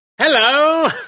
Hello